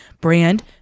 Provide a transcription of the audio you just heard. brand